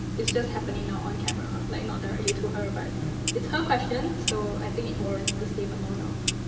it's just happening now on camera. like, not directly to her, but it's her question so i think it warrants the same amount of.